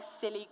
silly